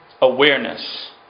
awareness